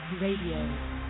Radio